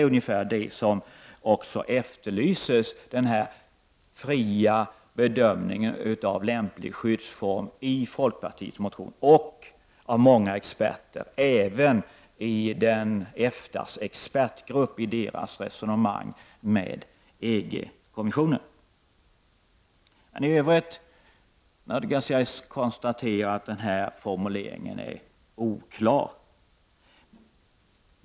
Det är också det som efterlyses i folkpartiets motion, nämligen den fria bedömningen av lämplig skyddsform. Detta efterlyses också av många experter även i EFTAS expertgrupp vid resonemangen med EG-kommissionen. I övrigt nödgas jag konstatera att denna formulering är oklar.